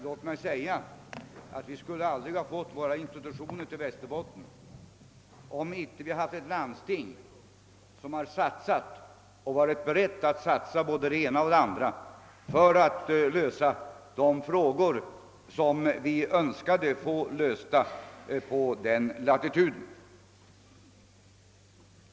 Låt mig säga att vi aldrig skulle ha fått några institutioner till Västerbotten om vi inte hade haft ett landsting som varit berett att satsa på både det ena och det andra för att lösa de frågor som vi önskade få lösta på den latituden.